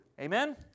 Amen